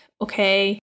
okay